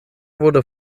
wurde